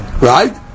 right